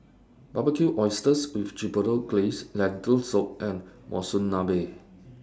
Barbecued Oysters with Chipotle Glaze Lentil Soup and Monsunabe